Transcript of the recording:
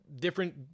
different